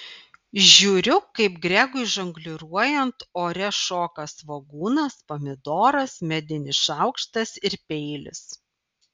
žiūriu kaip gregui žongliruojant ore šoka svogūnas pomidoras medinis šaukštas ir peilis